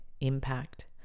impact